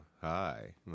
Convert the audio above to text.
hi